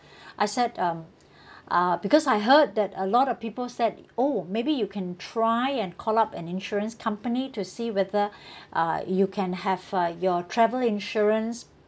I said um uh because I heard that a lot of people said oh maybe you can try and call up an insurance company to see whether uh you can have uh your travel insurance